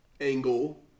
angle